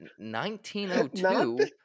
1902